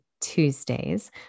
Tuesdays